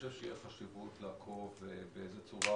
תהיה חשיבות לעקוב באיזה צורה